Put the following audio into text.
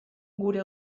gure